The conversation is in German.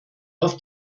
auf